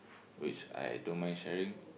which I don't mind sharing